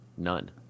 none